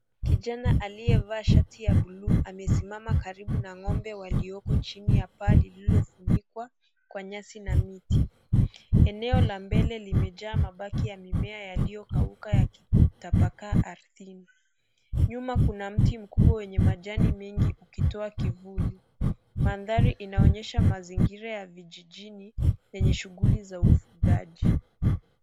Kijana aliyevaa shati ya buluu amesimama karibu na ng'ombe walioko chini ya paa lililofunikwa kwa nyasi na miti. Eneo la mbele limejaa mabaki ya mimea yaliyokauka yakitapakaa ardhini. Nyuma kuna mti mkubwa wenye majani mengi ukitoa kivuli. Mandhari inaonyesha mazingira ya vijijini yenye shughuli za ufugaji.